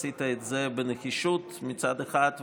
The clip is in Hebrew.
עשית את זה בנחישות מצד אחד,